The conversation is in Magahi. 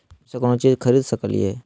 पे.टी.एम से कौनो चीज खरीद सकी लिय?